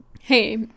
Hey